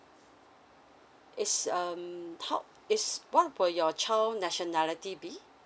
it's um top is what for your child nationality be